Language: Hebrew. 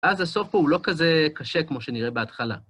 אז הסוף פה הוא לא כזה קשה כמו שנראה בהתחלה.